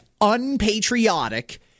unpatriotic